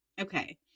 okay